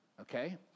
okay